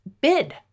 bid